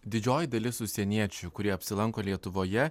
didžioji dalis užsieniečių kurie apsilanko lietuvoje